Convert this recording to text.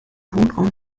wohnraum